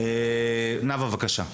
נאוה, בבקשה.